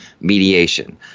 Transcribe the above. mediation